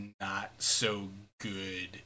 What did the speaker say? not-so-good